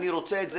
אני רוצה את זה